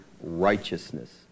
righteousness